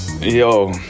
yo